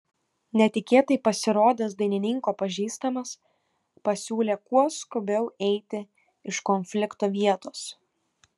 netikėtai pasirodęs dainininko pažįstamas pasiūlė kuo skubiau eiti iš konflikto vietos